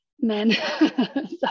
men